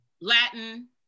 latin